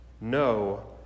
no